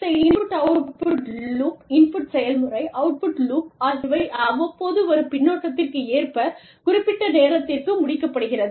இந்த input output loop input செயல்முறை output loop ஆகியவை அவ்வப்போது வரும் பின்னூட்டத்திற்கு ஏற்ப குறிப்பிட்ட நேரத்திற்கு முடிக்கப்படுகிறது